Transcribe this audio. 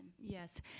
Yes